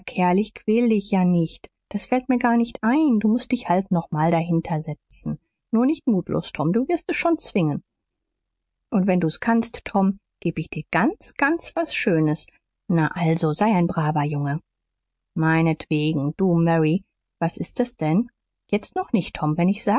ich quäl dich ja nicht das fällt mir gar nicht ein du mußt dich halt nochmal dahinter setzen nur nicht mutlos tom du wirst es schon zwingen und wenn du's kannst tom geb ich dir ganz ganz was schönes na also sei ein braver junge meinetwegen du mary was ist es denn jetzt noch nicht tom wenn ich